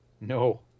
No